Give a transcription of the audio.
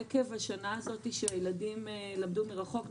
עקב השנה הזאת שהילדים למדו מרחוק.